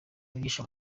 wigisha